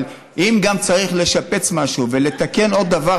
אבל אם גם צריך לשפץ משהו ולתקן עוד דבר,